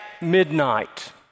midnight